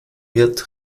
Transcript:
miert